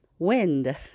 Wind